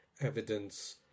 evidence